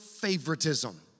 favoritism